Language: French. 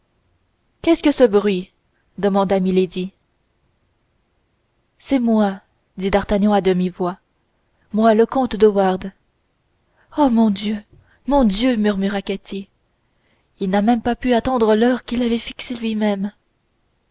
qu'est-ce que ce bruit demanda milady c'est moi dit d'artagnan à demi-voix moi le comte de wardes oh mon dieu mon dieu murmura ketty il n'a pas même pu attendre l'heure qu'il avait fixée lui-même